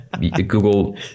Google